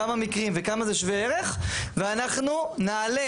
כמה מקרים וכמה זה שווה ערך ואנחנו נעלה,